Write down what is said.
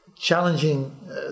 Challenging